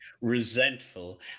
resentful